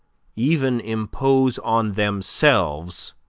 even impose on themselves,